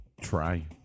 try